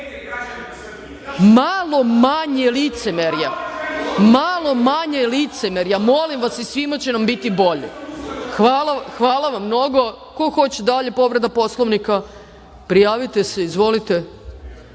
malo manje licemerja, malo manje licemerja, molim vas i svima će nam biti bolje. Hvala vam mnogo. Ko hoće dalje, povreda Poslovnika? Prijavite se. Izvolite. Reč